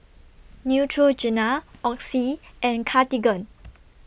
Neutrogena Oxy and Cartigain